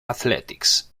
athletics